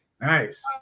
Nice